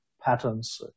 patterns